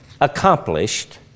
accomplished